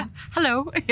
Hello